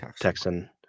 Texan